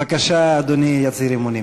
בבקשה, אדוני יצהיר אמונים.